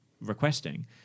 requesting